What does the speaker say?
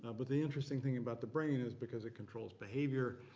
ah but the interesting thing about the brain is, because it controls behavior,